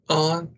on